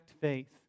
faith